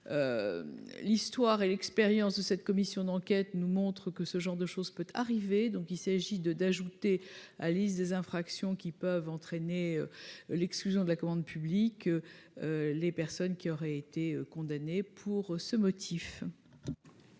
l'histoire et l'expérience de cette commission d'enquête nous montre que ce genre de choses peut arriver donc il s'agit de d'ajouter : Alice, des infractions qui peuvent entraîner l'exclusion de la commande publique, les personnes qui auraient été condamné pour ce motif.